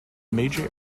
major